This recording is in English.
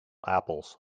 apples